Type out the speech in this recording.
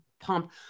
pump